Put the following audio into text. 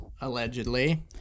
Allegedly